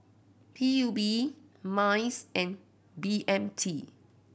P U B MICE and B M T